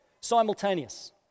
simultaneous